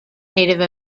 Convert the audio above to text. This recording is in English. native